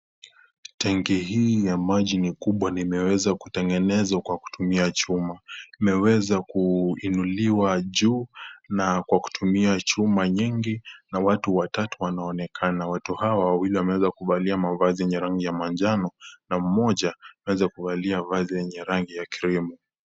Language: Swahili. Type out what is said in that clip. Tenki hii ya maji ni kubwa na imeweza kutengenezwa kwa kutumia chuma imeweza kuinuliwa juu na kwa kutumia chuma nyingi na watu watatu wanaonekana watu hawa wawili wameweza kuvalia mavazi yenye rangi ya manjano na mmoja ameweza kuvalia vazi lenye rangi ya krimu.